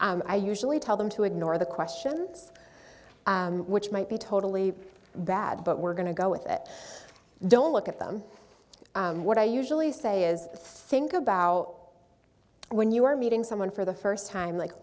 i usually tell them to ignore the questions which might be totally bad but we're going to go with it don't look at them what i usually say is think about when you're meeting someone for the first time like